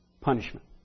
punishment